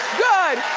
good!